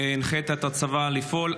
והנחית את הצבא לפעול.